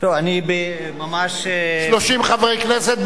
30 חברי כנסת.